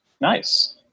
Nice